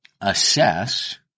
assess